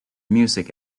music